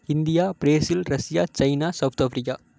India Brazil Russia China South Africa